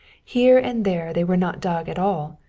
here and there they were not dug at all,